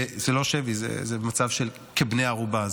זה לא שבי, זה מצב של בני ערובה.